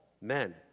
men